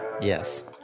Yes